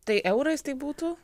tai eurais tai būtų